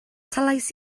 talais